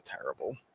terrible